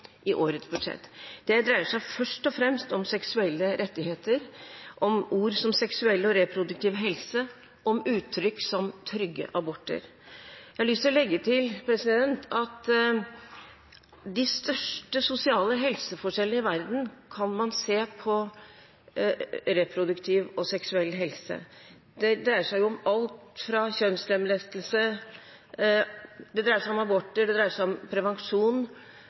i årets budsjett. Det dreier seg først og fremst om seksuelle rettigheter, om ord som seksuell og reproduktiv helse, om uttrykk som trygge aborter. Jeg har lyst til å legge til at de største sosiale helseforskjeller i verden kan man se på reproduktiv og seksuell helse. Det dreier seg om alt fra kjønnslemlestelse